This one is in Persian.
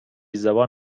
زبان